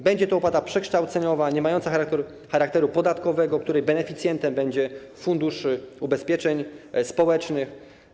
Będzie to opłata przekształceniowa niemająca charakteru podatkowego, której beneficjentem będzie Fundusz Ubezpieczeń Społecznych.